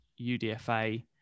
UDFA